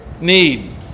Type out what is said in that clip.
need